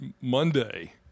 Monday